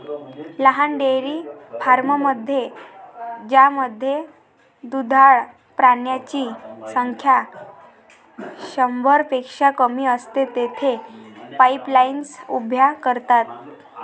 लहान डेअरी फार्ममध्ये ज्यामध्ये दुधाळ प्राण्यांची संख्या शंभरपेक्षा कमी असते, तेथे पाईपलाईन्स उभ्या करतात